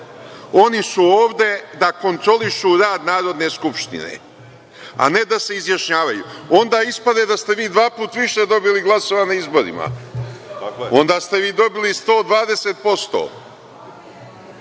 Oni su ovde da kontrolišu rad Narodne skupštine, a ne da se izjašnjavaju. Onda ispade da ste vi dva puta više dobili glasova na izborima. Onda ste vi dobili